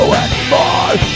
anymore